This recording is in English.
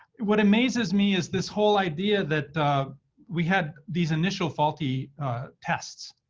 what amazes me is this whole idea that we had these initial faulty tests.